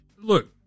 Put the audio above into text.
look